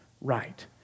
right